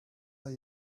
are